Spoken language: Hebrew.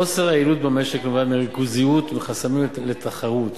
חוסר היעילות במשק נובע מהריכוזיות ומחסמים לתחרות.